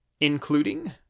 including